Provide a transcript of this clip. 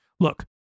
Look